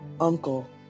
uncle